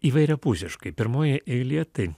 įvairiapusiškai pirmoje eilėje tai